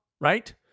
right